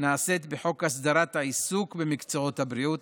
נעשית בחוק הסדרת העיסוק במקצועות הבריאות,